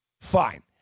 Fine